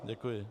Děkuji.